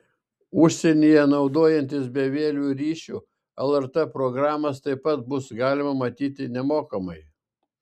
užsienyje naudojantis bevieliu ryšiu lrt programas taip pat bus galima matyti nemokamai